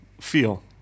feel